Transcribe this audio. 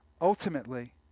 ultimately